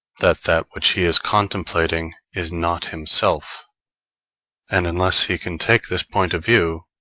that that which he is contemplating is not himself and unless he can take this point of view,